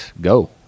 go